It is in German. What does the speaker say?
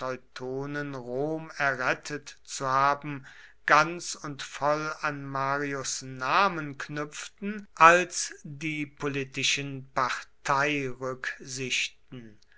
teutonen rom errettet zu haben ganz und voll an marius namen knüpften als die politischen